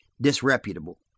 disreputable